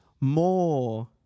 more